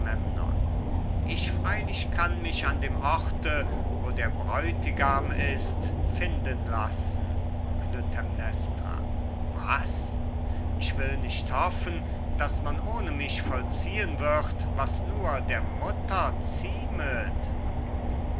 ich freilich kann mich an dem orte wo der bräutigam ist finden lassen klytämnestra was ich will nicht hoffen daß man ohne mich vollziehen wird was nur der mutter